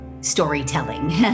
storytelling